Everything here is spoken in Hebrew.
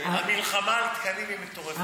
המלחמה על תקנים היא מטורפת.